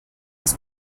was